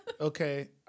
Okay